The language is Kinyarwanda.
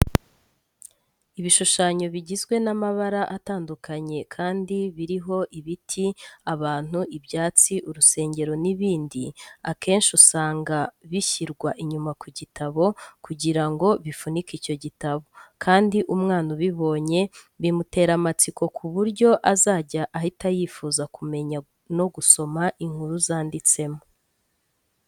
Ibishushanyo bigizwe n'amabara atandukanye kandi biriho ibiti, abantu, ibyatsi, urusengero n'ibindi, akenshi usanga bishyirwa inyuma ku gitabo kugira ngo bifunike icyo gitabo, kandi umwana ubibonye bimutere amatsiko ku buryo azajya ahita yifuza kumenya no gusoma inkuru zanditsemo.